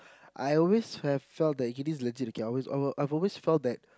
I always have felt that Eunice legit okay I've I've always felt that